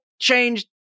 change